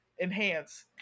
enhance